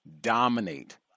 dominate